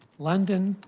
london,